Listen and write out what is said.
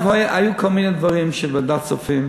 היו כל מיני דברים שבוועדת הכספים